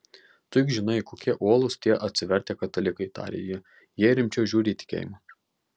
tu juk žinai kokie uolūs tie atsivertę katalikai tarė ji jie rimčiau žiūri į tikėjimą